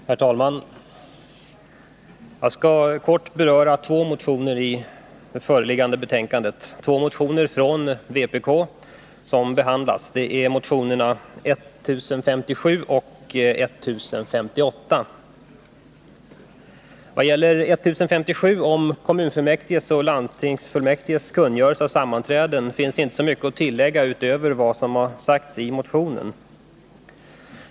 Herr talman! Jag skall kort beröra två motioner från vpk som behandlas i föreliggande betänkande. Det är motionerna 1057 och 1058. Vad gäller motion 1057 om kommunfullmäktiges och landstings kungörelser om sammanträden finns det inte så mycket att tillägga utöver det som sägs i motionen.